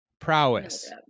Prowess